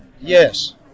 Yes